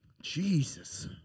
Jesus